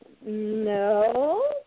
No